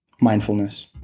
mindfulness